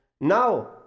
Now